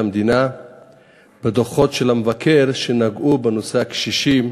המדינה בדוחות המבקר שנגעו בנושא הקשישים,